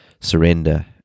surrender